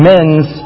Men's